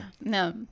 No